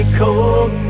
cold